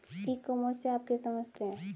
ई commerce से आप क्या समझते हैं?